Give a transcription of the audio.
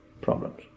problems